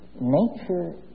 nature